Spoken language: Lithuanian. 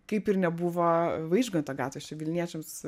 kaip ir nebuvo vaižganto gatvės čia vilniečiams